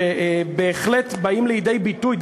שבהחלט באים לידי ביטוי,